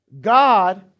God